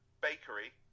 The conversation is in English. bakery